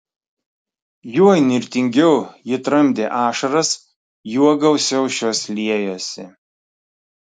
juo įnirtingiau ji tramdė ašaras juo gausiau šios liejosi